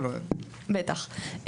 בטח.